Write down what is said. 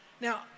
Now